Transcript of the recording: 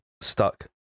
stuck